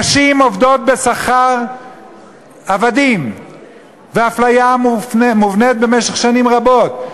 נשים עובדות בשכר עבדים והאפליה מובנית במשך שנים רבות.